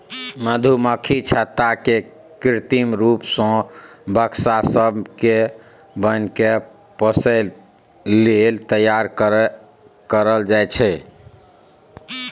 मधुमक्खी छत्ता केँ कृत्रिम रुप सँ बक्सा सब मे बन्न कए पोसय लेल तैयार कयल जाइ छै